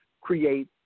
create